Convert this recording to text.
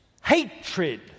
hatred